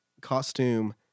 costume